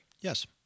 Yes